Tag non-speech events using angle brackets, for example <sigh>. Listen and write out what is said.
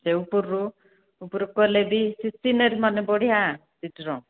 ସେ ଉପରରୁ ଉପରକୁ କଲେ ବି <unintelligible> ମାନେ ବଢ଼ିଆ ଚିତ୍ର